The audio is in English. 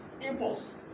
impulse